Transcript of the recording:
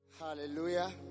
Hallelujah